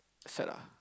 sad lah